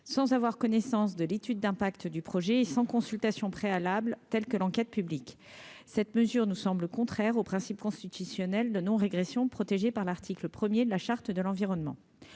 sans avoir connaissance de l'étude d'impact du projet et sans consultations préalables tels que l'enquête publique, cette mesure nous semble contraire au principe constitutionnel de non régression protégé par l'article 1er de la charte de l'environnement,